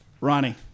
Ronnie